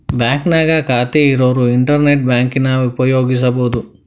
ಬಾಂಕ್ನ್ಯಾಗ ಖಾತೆ ಇರೋರ್ ಇಂಟರ್ನೆಟ್ ಬ್ಯಾಂಕಿಂಗನ ಉಪಯೋಗಿಸಬೋದು